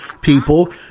people